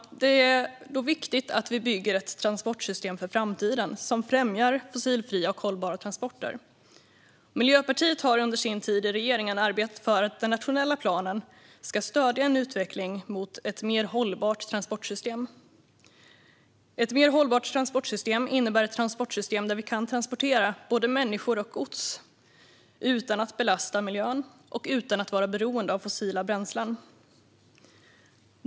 Då är det viktigt att vi bygger ett transportsystem för framtiden som främjar fossilfria och hållbara transporter. Miljöpartiet har under sin tid i regeringen arbetat för att den nationella planen ska stödja en utveckling mot ett mer hållbart transportsystem. Ett mer hållbart transportsystem innebär ett transportsystem där vi kan transportera både människor och gods utan att belasta miljön och utan att vara beroende av fossila bränslen.